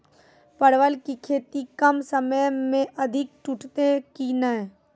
परवल की खेती कम समय मे अधिक टूटते की ने?